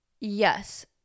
Yes